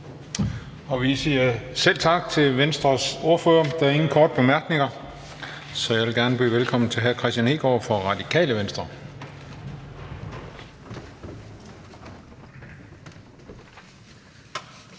Vi siger selv tak til Venstres ordfører. Der er ingen korte bemærkninger, så jeg vil gerne byde velkommen til hr. Kristian Hegaard fra Radikale Venstre.